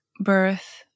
birth